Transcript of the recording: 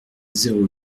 zéro